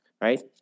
right